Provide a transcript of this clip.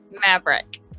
Maverick